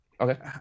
Okay